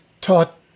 taught